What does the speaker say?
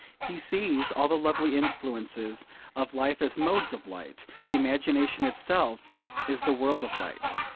he sees all the lovely influences of life as modes of light the imagination itself is the world of light.